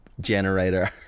generator